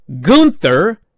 Gunther